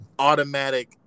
Automatic